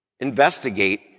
Investigate